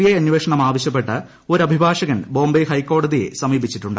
I അന്വേഷണം ആവശ്യപ്പെട്ട് ഒരു അഭിഭാഷിക്കൻ ബോംബെ ഹൈക്കോടതിയെ സമീപിച്ചിട്ടുണ്ട്